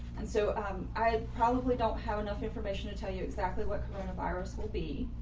and so um i probably don't have enough information to tell you exactly what coronavirus will be.